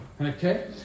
Okay